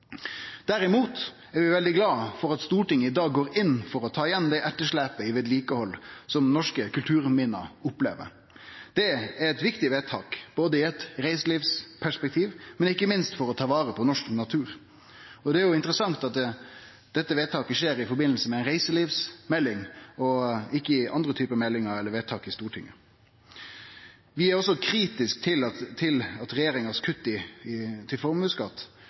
dag går inn for å ta igjen det etterslepet i vedlikehald som norske kulturminne opplever. Det er eit viktig vedtak, både i eit reiselivsperspektiv og, ikkje minst, for å ta vare på norsk natur. Det er jo interessant at dette vedtaket skjer i forbindelse med ei reiselivsmelding og ikkje i forbindelse med andre typar meldingar eller vedtak i Stortinget. Vi er også kritiske til regjeringas kutt i formuesskatt. Det er som om det er svar på det meste, at ein skal kutte i skattar, mens det i